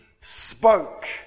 spoke